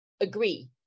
agree